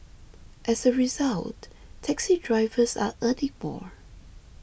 as a result taxi drivers are earning more